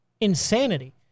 insanity